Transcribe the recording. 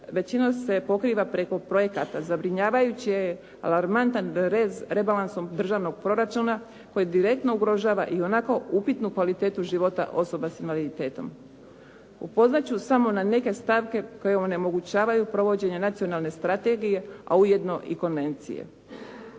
većinom se pokriva preko projekata zabrinjavajući je i alarmantan rez rebalansom državnog proračuna koji direktno ugrožava ionako upitnu kvalitetu života osoba s invaliditetom. Pozvat ću samo na neke stavke koje onemogućavaju provođenje Nacionalne strategije, a ujedno i konvencije.